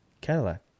Cadillac